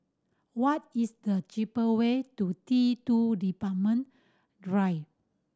what is the cheaper way to T Two Departure Drive